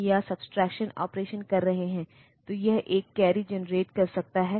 तो यह एक बार में 8 बिट ऑपरेशन कर सकता है